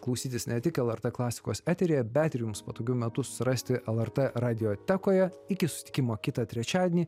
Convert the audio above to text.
klausytis ne tik lrt klasikos eteryje bet ir jums patogiu metu susirasti lrt radiotekoje iki susitikimo kitą trečiadienį